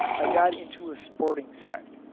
i got into a sporting set,